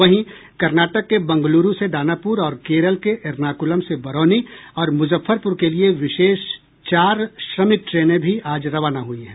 वहीं कनार्टक के बंगलूरू से दानापुर और केरल के एर्नाकुलम से बरौनी और मुजफ्फरपुर के लिये चार विशेष श्रमिक ट्रेनें भी आज रवाना हुई हैं